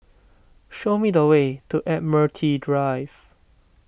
show me the way to Admiralty Drive